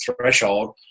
threshold